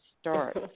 start